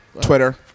Twitter